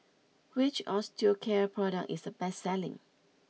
which Osteocare product is the best selling